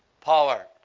power